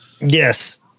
Yes